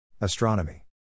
Astronomy